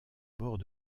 bord